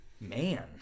Man